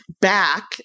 back